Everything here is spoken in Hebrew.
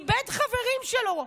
איבד חברים שלו,